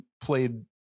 played